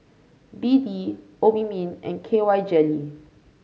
B D Obimin and K Y Jelly